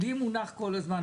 לי מונח כל הזמן.